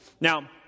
Now